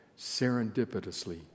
serendipitously